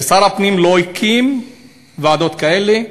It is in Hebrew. ושר הפנים לא הקים ועדות כאלה,